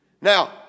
Now